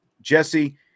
Jesse